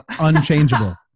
unchangeable